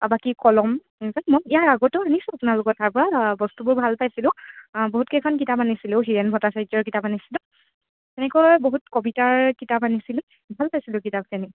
বাকী কলম এনেকুৱা মই ইয়াৰ আগতেও আনিছোঁ আপোনালোকৰ তাৰপৰা বস্তুবোৰ ভাল পাইছিলোঁ বহুত কেইখন কিতাপ আনিছিলোঁ হীৰেণ ভট্টাচাৰ্য্য়ৰ কিতাপ আনিছিলোঁ এনেকৈ বহুত কবিতাৰ কিতাপ আনিছিলোঁ ভাল পাইছিলোঁ কিতাপখিনি